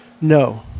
No